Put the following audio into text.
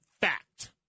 fact